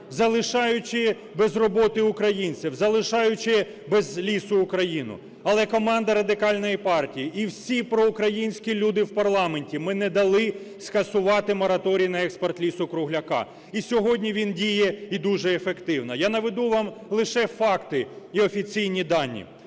залишаючи без роботи українців, залишаючи без лісу Україну. Але команда Радикальної партії і всі проукраїнські люди в парламенті, ми не дали скасувати мораторій на експорт лісу-кругляка. І сьогодні він діє і дуже ефективно. Я наведу вам лише факти і офіційні дані.